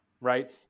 right